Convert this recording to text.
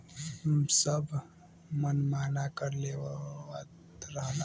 सब मनमाना कर लेवत रहलन